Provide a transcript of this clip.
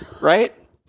Right